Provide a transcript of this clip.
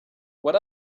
what